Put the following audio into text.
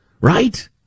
right